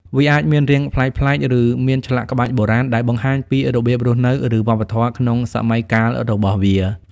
វាអាចមានរាងប្លែកៗ ឬមានឆ្លាក់ក្បាច់បុរាណ ដែលបង្ហាញពីរបៀបរស់នៅ ឬវប្បធម៌ក្នុងសម័យកាលរបស់វា។